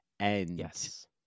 Yes